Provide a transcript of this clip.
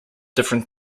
different